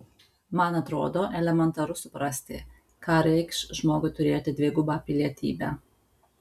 man atrodo elementaru suprasti ką reikš žmogui turėti dvigubą pilietybę